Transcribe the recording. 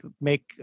make